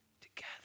Together